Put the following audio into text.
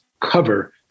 cover